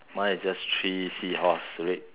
mine is just three sea horse red